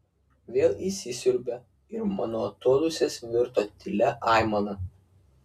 vėl įsisiurbė ir mano atodūsis virto tylia aimana